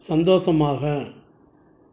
சந்தோஸமாக